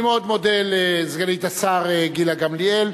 אני מאוד מודה לסגנית השר גילה גמליאל.